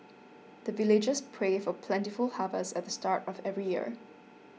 the villagers pray for plentiful harvest at the start of every year